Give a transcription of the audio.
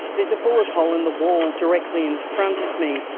there's a bullet hole in the wall directly in front of me.